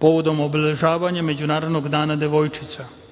povodom obeležavanja Međunarodnog dana devojčica.